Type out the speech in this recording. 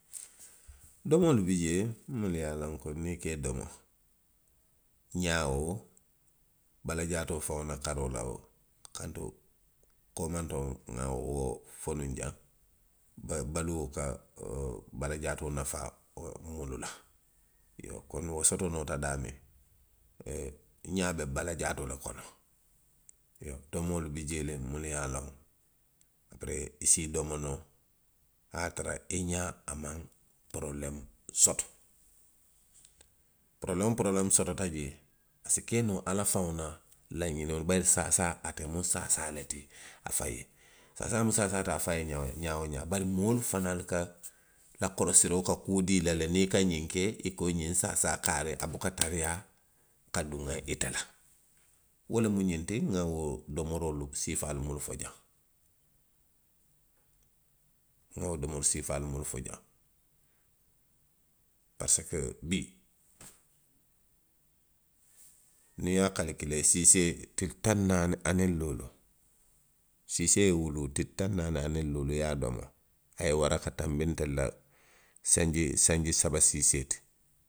Domoolu bi jee minnu ye a loŋ ko niŋ i ka i domo. xaa woo. balajaatoo faŋo la karoo la woo. kantu. koomantoo, nŋa wo nŋa wo fo nuŋ jaŋ, ba, baluo ka balajaatoo nafaa milu la. iyoo koni wo soto noota daamiŋ na, ee, ňaa be balajaatoo le kono. Iyoo domoolu bi jee le, milu ye a loŋ i si i domo noo a ye a tara i ňaa, a maŋ porobuleemu soto. Porobuleemu porobuleemu sotota jee, a si kenoo ala faŋo la laňinoo bayiri saasaa, ate musaasaa le ti afaŋ ye. Saasaa mu saasaa le ti a faŋ ye ňaa woo xaa, bari moolu fanaalu ka, la korosiroo ka kuu dii i la le niŋ i ka ňiŋ ke, i ko ňiŋ saasaa kaarii, a buka taraiyaa ka duŋ ite la. Wo lemu ňiŋ ti nŋa wo domoroolu siifaalu milu fo jaŋ. Nŋa wo domori siifaalu milu fo jaŋ. Parisiko bii niŋ i ye a kalikilee siiseetili taŋ naani aniŋ luulu, siisee ye wuluu tili taŋ naani a niŋ luuluu i ye a domo, a ye wara ka tanbi ntelu la sanji, sanji saba siisee ti.